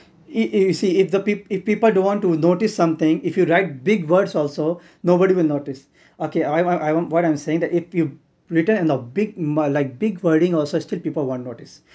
it it you see if the peop~ if people don't want to notice something if you write big words also nobody will notice okay I want I want what I'm saying that if you written in a big um uh like big wording also people won't notice